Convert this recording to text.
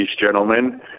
gentlemen